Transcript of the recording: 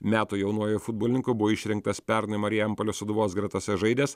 metų jaunuoju futbolininku buvo išrinktas pernai marijampolės sūduvos gretose žaidęs